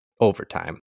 overtime